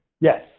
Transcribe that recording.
Yes